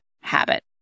habit